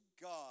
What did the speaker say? God